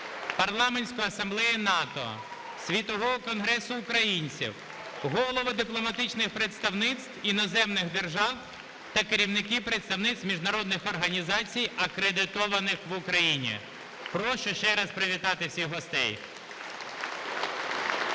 Парламентської асамблеї НАТО, Світового конгресу українців, голови дипломатичних представництв іноземних держав та керівники представництв міжнародних організацій, акредитованих в Україні. Прошу ще раз привітати всіх гостей. (Оплески)